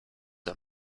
are